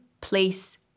place